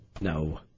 No